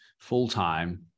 full-time